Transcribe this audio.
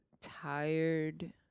tired